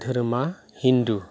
धोरोमा हिन्दु